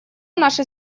наши